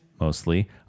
mostly